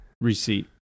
receipt